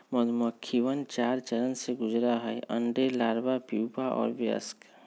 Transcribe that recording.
मधुमक्खिवन चार चरण से गुजरा हई अंडे, लार्वा, प्यूपा और वयस्क